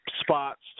Spots